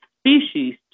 species